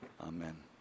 Amen